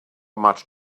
much